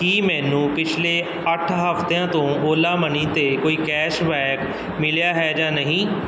ਕੀ ਮੈਨੂੰ ਪਿਛਲੇ ਅੱਠ ਹਫਤਿਆਂ ਤੋਂ ਓਲਾ ਮਨੀ 'ਤੇ ਕੋਈ ਕੈਸ਼ ਬੈਕ ਮਿਲਿਆ ਹੈ ਜਾਂ ਨਹੀਂ